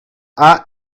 are